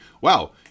wow